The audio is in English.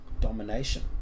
domination